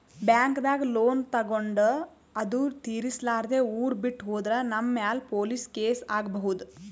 ಬ್ಯಾಂಕ್ದಾಗ್ ಲೋನ್ ತಗೊಂಡ್ ಅದು ತಿರ್ಸಲಾರ್ದೆ ಊರ್ ಬಿಟ್ಟ್ ಹೋದ್ರ ನಮ್ ಮ್ಯಾಲ್ ಪೊಲೀಸ್ ಕೇಸ್ ಆಗ್ಬಹುದ್